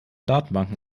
datenbanken